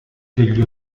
degli